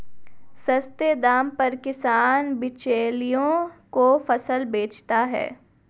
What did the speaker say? सस्ते दाम पर किसान बिचौलियों को फसल बेचता है